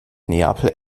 neapel